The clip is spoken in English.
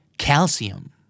Calcium